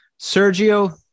Sergio